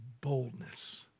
Boldness